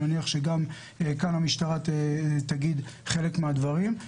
ואני מניח שגם כאן המשטרה תגיד חלק מהדברים.